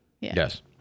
Yes